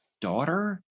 daughter